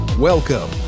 Welcome